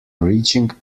reaching